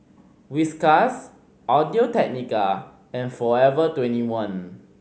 Whiskas Audio Technica and Forever Twenty one